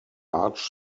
arch